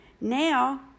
now